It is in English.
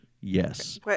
Yes